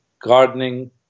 gardening